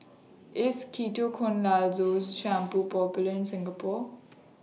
IS Ketoconazole Shampoo Popular in Singapore